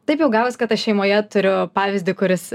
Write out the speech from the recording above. taip jau gavos kad aš šeimoje turiu pavyzdį kuris